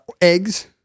eggs